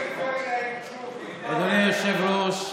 אדוני היושב-ראש,